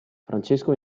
francesco